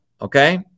okay